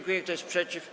Kto jest przeciw?